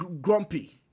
grumpy